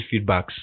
feedbacks